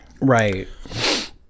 right